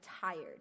tired